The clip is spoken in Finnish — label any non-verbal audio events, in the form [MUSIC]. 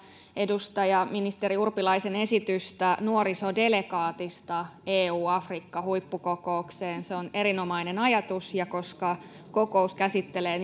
edustaja urpilaisen esitystä nuorisodelegaatista eu afrikka huippukokoukseen se on erinomainen ajatus ja koska kokous käsittelee [UNINTELLIGIBLE]